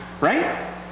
...right